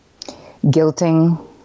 guilting